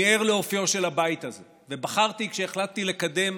אני ער לאופיו של הבית הזה, וכשהחלטתי לקדם